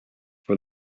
for